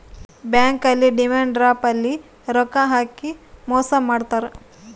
bank ಅಲ್ಲಿ demand draft ಅಲ್ಲಿ ರೊಕ್ಕ ಹಾಕಿ ಮೋಸ ಮಾಡ್ತಾರ